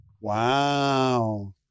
Wow